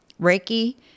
Reiki